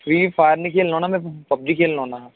free Fire नी खेलना होन्नां मैं पबजी खेलना होन्नां